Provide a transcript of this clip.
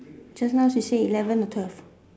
just now she say eleven or twelve